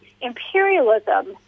imperialism